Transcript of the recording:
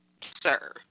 sir